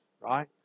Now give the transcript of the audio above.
right